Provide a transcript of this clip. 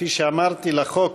כפי שאמרתי, לחוק